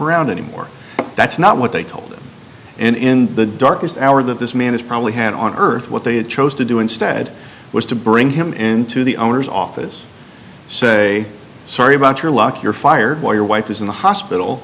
around anymore that's not what they told him and in the darkest hour that this man is probably had on earth what they chose to do instead was to bring him into the owner's office say sorry about your luck you're fired while your wife is in the hospital